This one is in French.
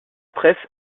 presse